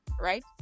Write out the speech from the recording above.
right